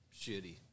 Shitty